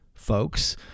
folks